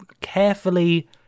carefully